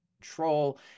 control